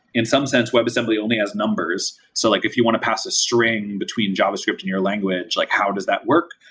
in some sense, webassembly only has numbers. so like if you want to pass a string between javascript in your language, like how does that work?